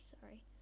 sorry